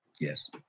yes